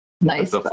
nice